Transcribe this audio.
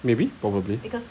maybe probably